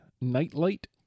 nightlight